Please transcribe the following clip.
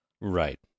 Right